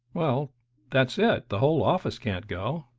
well that's it the whole office can't go.